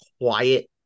quiet